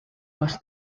was